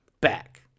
back